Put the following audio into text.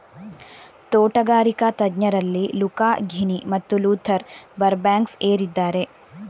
ತೋಟಗಾರಿಕಾ ತಜ್ಞರಲ್ಲಿ Luca Ghini ಮತ್ತು ಲೂಥರ್ ಬರ್ಬ್ಯಾಂಕ್ಸ್ ಏರಿದ್ದಾರೆ